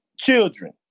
children